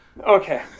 Okay